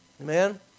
Amen